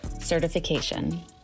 certification